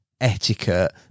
etiquette